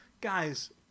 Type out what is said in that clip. guys